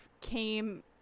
came